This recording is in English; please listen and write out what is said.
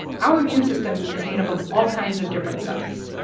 our immune system is made up of all kinds of different cells.